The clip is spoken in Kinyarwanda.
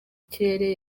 kirere